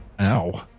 ow